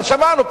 שמענו,